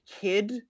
kid